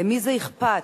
למי זה אכפת?